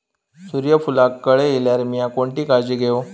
सूर्यफूलाक कळे इल्यार मीया कोणती काळजी घेव?